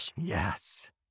yes